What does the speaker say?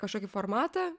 kažkokį formatą